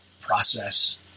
process